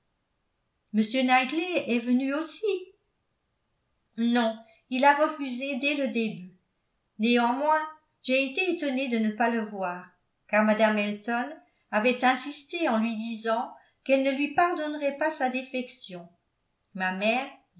m knightley est venu aussi non il a refusé dès le début néanmoins j'ai été étonnée de ne pas le voir car mme elton avait insisté en lui disant qu'elle ne lui pardonnerait pas sa défection ma mère